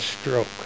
stroke